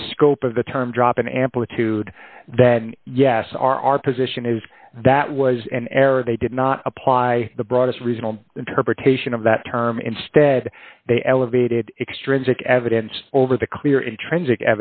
the scope of the term drop in amplitude that yes our our position is that was an error they did not apply the broadest original interpretation of that term instead they elevated extrinsic evidence over the clear intrinsic